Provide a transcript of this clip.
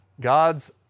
God's